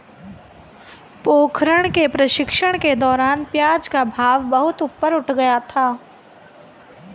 पोखरण के प्रशिक्षण के दौरान प्याज का भाव बहुत ऊपर उठ गया था